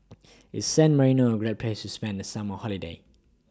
IS San Marino A Great Place spend The Summer Holiday